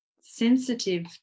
sensitive